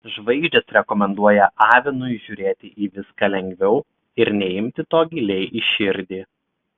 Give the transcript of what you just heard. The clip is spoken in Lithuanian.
žvaigždės rekomenduoja avinui žiūrėti į viską lengviau ir neimti to giliai į širdį